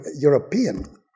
European